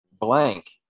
Blank